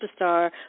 superstar